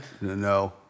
No